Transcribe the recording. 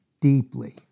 deeply